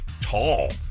tall